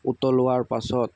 উতলোৱাৰ পাছত